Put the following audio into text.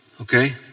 okay